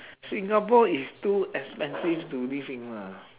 singapore is too expensive to live in lah